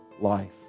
life